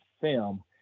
film